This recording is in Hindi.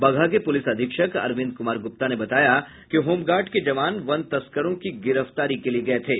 बगहा के पुलिस अधीक्षक अरविंद कुमार गुप्ता ने बताया कि होमगार्ड के जवान वन तस्करों की गिरफ्तारी के लिए गये थे